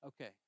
Okay